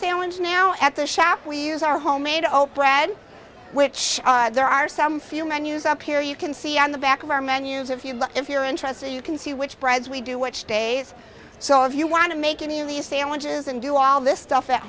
sandwich now at the shop we use our homemade o'brian which there are some few menus up here you can see on the back of our menus if you look if you're interested you can see which breads we do which days so if you want to make any of these sandwiches and do all this stuff at